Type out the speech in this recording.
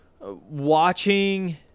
Watching